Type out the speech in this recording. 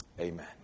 amen